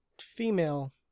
female